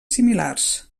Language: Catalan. similars